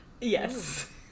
yes